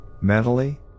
mentally